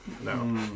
No